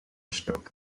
stroke